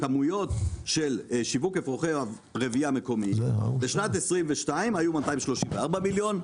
הכמויות של שיווק אפרוחי הרבייה המקומיים - בשנת 2021 היו 226,000,000,